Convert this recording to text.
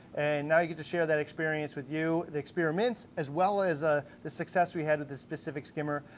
now you get to share that experience with you, the experiments as well as ah the success we had with this specific skimmer.